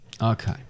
Okay